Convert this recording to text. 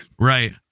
Right